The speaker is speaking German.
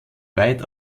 weit